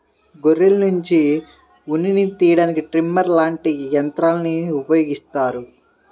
గొర్రెల్నుంచి ఉన్నిని తియ్యడానికి ట్రిమ్మర్ లాంటి యంత్రాల్ని ఉపయోగిత్తారు